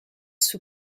sous